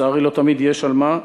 לצערי לא תמיד יש על מה,